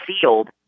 field